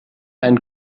ein